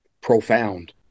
profound